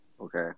Okay